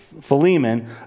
Philemon